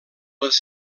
les